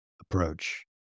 approach